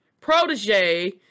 protege